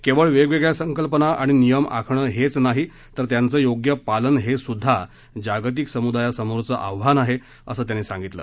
केवळ वेगवेगळ्या संकल्पना आणि नियम आखणं हेच नाही तर त्यांचं योग्य पालन हे सुद्धा जागतिक समुदायासमोरचं आव्हान आहे असं त्यांनी सांगितलं